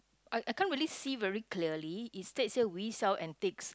I I can't really see very clearly it state here we sell antiques